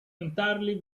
entirely